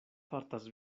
fartas